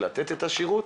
לתת את השירות